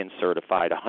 certified